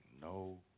no